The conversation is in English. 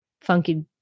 funky